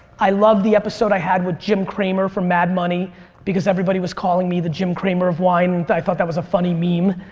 i love the episode that i had with jim cramer from mad money because everybody was calling me the jim cramer of wine. i thought that was a funny meme.